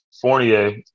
Fournier